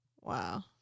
Wow